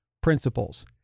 principles